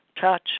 touch